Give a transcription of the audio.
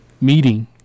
meeting